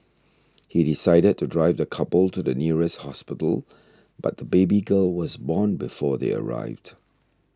he decided to drive the couple to the nearest hospital but the baby girl was born before they arrived